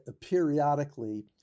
periodically